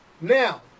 Now